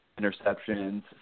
interceptions